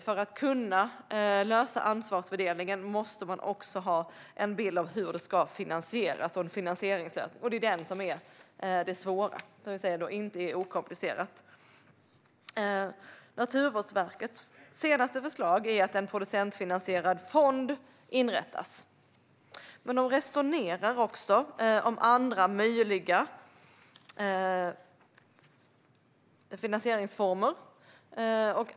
För att kunna lösa ansvarsfördelningen måste man också ha en bild av hur det ska finansieras och en finansieringslösning. Det är detta som är det svåra. Det är inte okomplicerat. Naturvårdsverkets senaste förslag är att en producentfinansierad fond inrättas. Men de resonerar också om andra möjliga finansieringsformer.